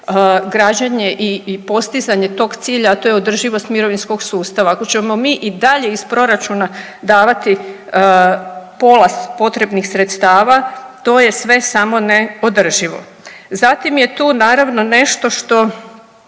građenje i postizanje tog cilja, a to je održivost mirovinskog sustava. Ako ćemo mi i dalje iz proračuna davati pola potrebnih sredstava, to je sve samo ne održivo. Zatim je tu naravno nešto što